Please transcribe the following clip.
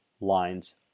lines